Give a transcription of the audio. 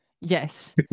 yes